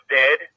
dead